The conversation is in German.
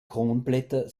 kronblätter